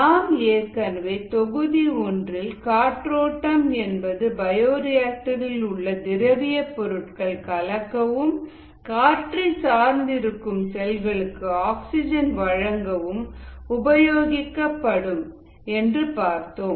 நாம் ஏற்கனவே தொகுதி 1 காற்றோட்டம் என்பது பயோரியாக்டர்இலுள்ள திரவிய பொருட்கள் கலக்கவும் காற்றை சார்ந்து இருக்கும் செல்களுக்கு ஆக்சிஜன் வழங்கவும் உபயோகப்படும் என்று பார்த்தோம்